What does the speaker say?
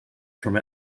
from